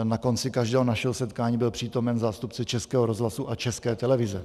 Na konci každého našeho setkání byl přítomen zástupce Českého rozhlasu a České televize.